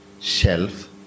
shelf